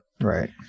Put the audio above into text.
right